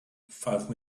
five